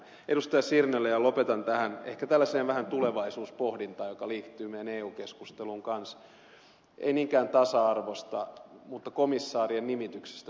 sirnölle ja lopetan ehkä vähän tällaiseen tulevaisuuspohdintaan joka liittyy meidän eu keskusteluun myös ei niinkään tasa arvosta mutta komissaarien nimityksestä tulevaisuudessa